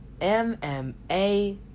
MMA